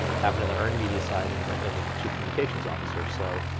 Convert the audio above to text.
happened on the earned media side and the and the chief communications officer. so,